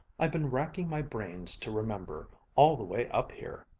i've been racking my brains to remember, all the way up here.